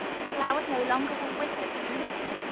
the flowers no longer were withered, drooping.